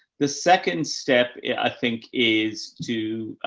the second step i think is to,